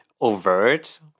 overt